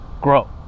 Grow